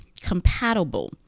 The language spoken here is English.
compatible